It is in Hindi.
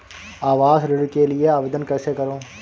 आवास ऋण के लिए आवेदन कैसे करुँ?